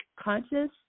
conscious